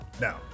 now